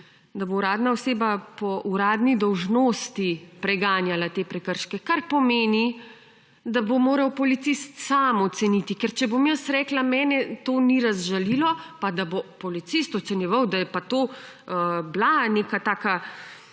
da bo uradna oseba po uradni dolžnosti preganjanja te prekrške, kar pomeni, da bo moral policist sam oceniti, ker če bom jaz rekla, da mene to ni razžalilo, pa da bo policist ocenjeval, da je pa to bila neka taka